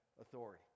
authority